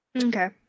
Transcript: Okay